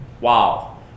Wow